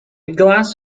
gloss